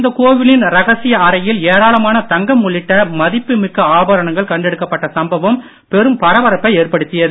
இந்தக் கோவிலின் ரகசிய அறையில் ஏராளமான தங்கம் உள்ளிட்ட மதிப்புமிக்க கண்டெடுக்கப்பட்ட சம்பவம் பெரும் பரபரப்பை ஏற்படுத்தியது